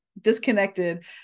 disconnected